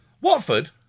Watford